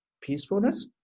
peacefulness